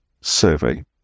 survey